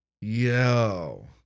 Yo